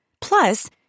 Plus